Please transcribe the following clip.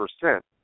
percent